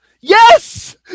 yes